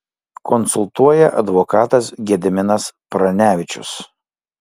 konsultuoja advokatas gediminas pranevičius